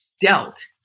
dealt